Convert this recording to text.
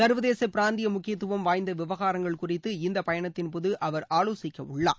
சர்வதேச பிராந்திய முக்கியத்துவம் வாய்ந்த விவகாரங்கள் குறித்து இந்த பயணத்தின்போது அவர் ஆலோசிக்க உள்ளார்